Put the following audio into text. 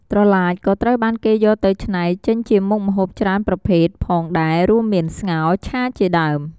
ត្រឡាចក៏ត្រូវបានគេយកទៅឆ្នៃចេញជាមុខម្ហូបច្រើនប្រភេទផងដែររួមមាន ស្ងោរ ឆាជាដើម ។